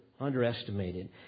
underestimated